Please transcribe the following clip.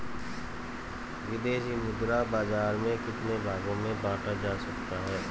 विदेशी मुद्रा बाजार को कितने भागों में बांटा जा सकता है?